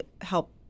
help